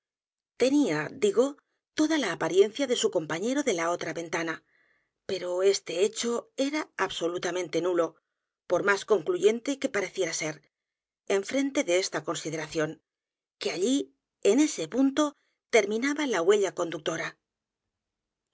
tenía digo toda la apariencia de su compañero de la otra v e n t a n a pero este hecho era absolutamente nulo por más concluyente que p a r e ciera ser en frente de esta consideracíión que allí en ese punto terminaba la huella conductora